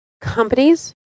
companies